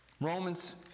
Romans